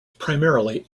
primarily